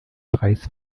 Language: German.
preis